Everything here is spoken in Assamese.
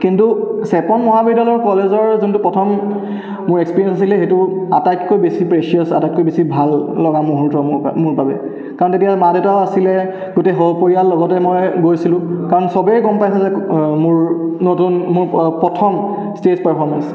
কিন্তু চেপন মহাবিদ্যালয় কলেজৰ যোনটো প্ৰথম মোৰ এক্সপিৰিয়েঞ্চ আছিলে সেইটো আটাইতকৈ বেছি প্ৰেচিয়াছ আটাইতকৈ বেছি ভাল লগা মূহুৰ্ত্ত মোৰ বাবে কাৰণ তেতিয়া মা দেউতাও আছিলে গোটেই ঘৰ পৰিয়ালৰ লগতে মই গৈছিলোঁ কাৰণ সবেই গম পাইছিলে যে মোৰ নতুন মোৰ প্ৰথম ষ্টেজ পাৰফৰ্মেঞ্চ